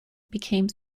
became